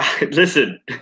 listen